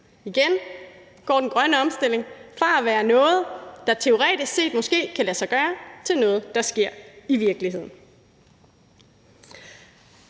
Igen går den grønne omstilling fra at være noget, der teoretisk set måske kan lade sig gøre, til noget, der sker i virkeligheden.